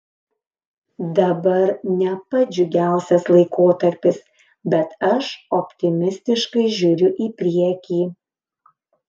dabar ne pats džiugiausias laikotarpis bet aš optimistiškai žiūriu į priekį